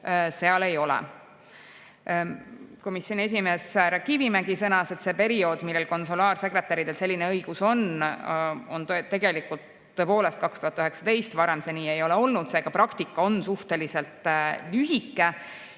seal ei ole. Komisjoni esimees härra Kivimägi sõnas, et see periood, millal konsulaarsekretäridel selline õigus on, algas tegelikult tõepoolest aastal 2019, varem see nii ei ole olnud, seega praktika on suhteliselt lühike.